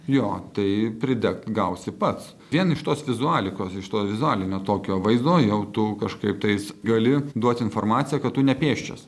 jo tai pridekt gausi pats vien iš tos vizualikos iš to vizualinio tokio vaizdo jau tu kažkaip tais gali duoti informaciją kad tu nepėsčias